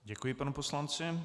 Děkuji panu poslanci.